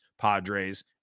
padres